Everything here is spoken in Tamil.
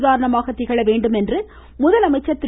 உதாரணமாக திகழ வேண்டும் என்று முதலமைச்சர் திரு